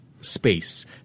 Space